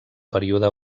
període